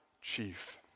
chief